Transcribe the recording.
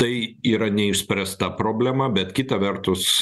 tai yra neišspręsta problema bet kita vertus